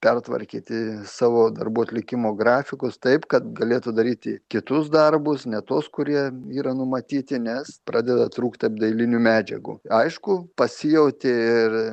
pertvarkyti savo darbų atlikimo grafikus taip kad galėtų daryti kitus darbus ne tuos kurie yra numatyti nes pradeda trūkti apdailinių medžiagų aišku pasijautė ir